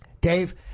Dave